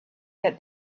that